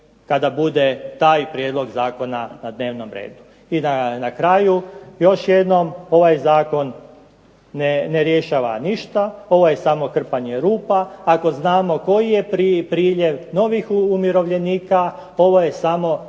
kada bude taj prijedlog zakona na dnevnom redu. I da na kraju još jednom, ovaj zakon ne rješava ništa. Ovo je samo krpanje rupa. Ako znamo koji je priljev novih umirovljenika ovo je samo držanje